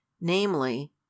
namely